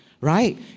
Right